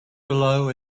below